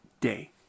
day